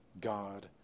God